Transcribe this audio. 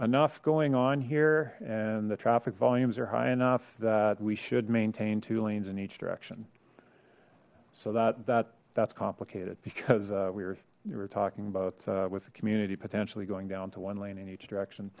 enough going on here and the traffic volumes are high enough that we should maintain two lanes in each direction so that that's complicated because we were you were talking about with the community potentially going down to one lane in each direction